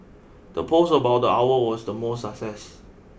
the post about the owl was the most success